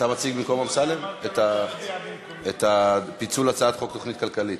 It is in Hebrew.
אתה מציג במקום אמסלם את פיצול הצעת חוק התוכנית הכלכלית?